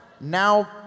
now